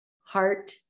heart